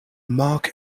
mark